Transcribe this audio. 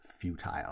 Futile